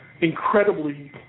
incredibly